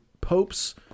popes